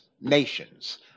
nations